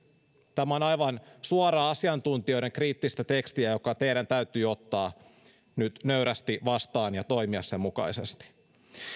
tämä on aivan suoraa asiantuntijoiden kriittistä tekstiä joka teidän täytyy ottaa nyt nöyrästi vastaan ja toimia sen mukaisesti